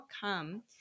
come